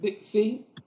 See